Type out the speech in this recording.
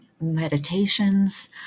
meditations